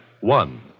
One